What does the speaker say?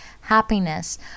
happiness